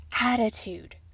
attitude